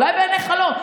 אולי בעיניך לא.